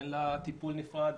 אין להן טיפול נפרד.